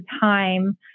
time